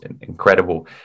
incredible